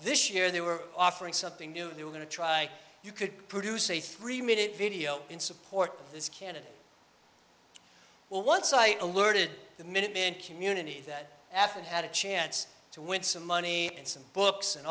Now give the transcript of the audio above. this year they were offering something new they were going to try you could produce a three minute video in support of this candidate well one site alerted the minutemen community that after you had a chance to win some money and some books and